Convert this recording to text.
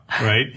right